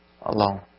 alone